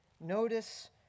notice